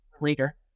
later